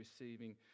receiving